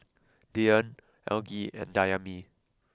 Dyan Algie and Dayami